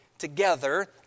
...together